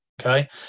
Okay